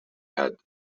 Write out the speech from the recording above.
had